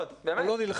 יש לכם --- לא,